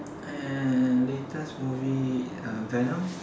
and latest movie venom